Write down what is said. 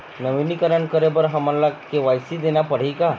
नवीनीकरण करे बर हमन ला के.वाई.सी देना पड़ही का?